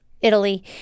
Italy